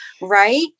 right